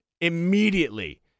immediately